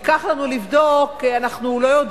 ייקח לנו לבדוק, אנחנו לא יודעים,